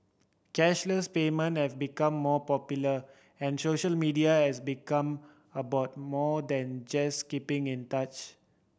cashless payment have become more popular and social media has become about more than just keeping in touch